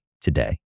today